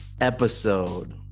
Episode